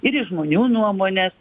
ir į žmonių nuomones